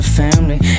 family